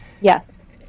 Yes